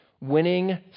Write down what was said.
Winning